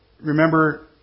remember